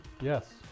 Yes